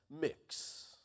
mix